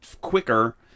quicker